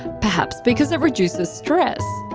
perhaps because it reduces stress.